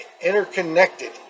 interconnected